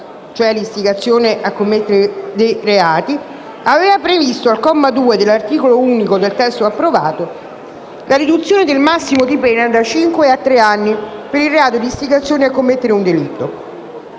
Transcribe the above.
cioè l'istigazione a commettere dei reati, aveva previsto, al comma 2 dell'articolo unico del testo approvato, la riduzione del massimo di pena da cinque a tre anni per il reato di istigazione a commettere un delitto.